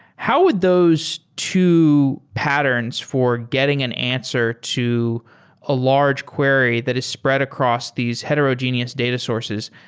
how would those two patterns for getting an answer to a large query that is spread across these heterogeneous data sources,